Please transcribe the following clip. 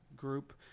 group